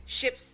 Ships